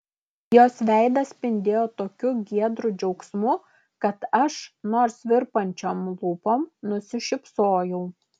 jos veidas spindėjo tokiu giedru džiaugsmu kad aš nors virpančiom lūpom nusišypsojau